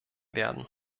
werden